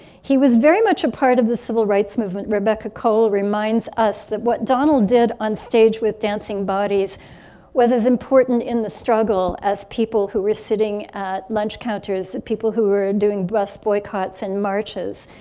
he was very much a part of the civil rights movement. rebecca cole reminds us that what donald did on stage with dancing bodies was as important in the struggle as people who were sitting at lunch counters the people who were doing bus boycotts and marches.